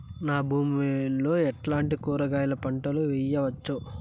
నా భూమి లో ఎట్లాంటి కూరగాయల పంటలు వేయవచ్చు?